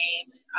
games